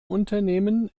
unternehmen